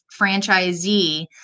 franchisee